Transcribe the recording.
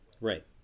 Right